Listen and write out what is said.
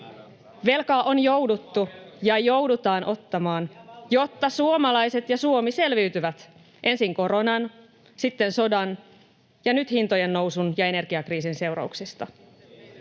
Velkaa on jouduttu ja joudutaan ottamaan, jotta suomalaiset ja Suomi selviytyvät ensin koronan, sitten sodan ja nyt hintojen nousun ja energiakriisin seurauksista.